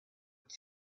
were